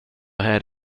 här